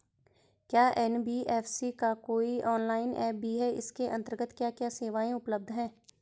क्या एन.बी.एफ.सी का कोई ऑनलाइन ऐप भी है इसके अन्तर्गत क्या क्या सेवाएँ उपलब्ध हैं?